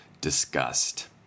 disgust